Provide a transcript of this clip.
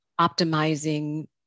optimizing